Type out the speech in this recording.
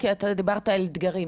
כי אתה דיברת על אתגרים,